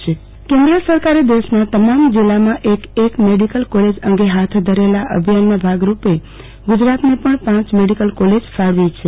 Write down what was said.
આરતીબેન ભદ્દ medical college કેન્દ્ર સરકારે દેશના તમામ જિલ્લામાં એક એક મેડીકલ કોલેજ અંગે હાથ ધરેલા અભિયાનના ભાગરૂપે ગુજરાતને પણ પાંચ મેડીકલ કોલેજ ફાળવી છે